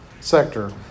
sector